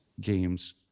games